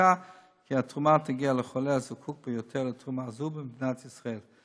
ומבטיחה כי התרומה תגיע לחולה הזקוק ביותר לתרומה זו במדינת ישראל.